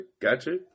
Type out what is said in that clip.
Gotcha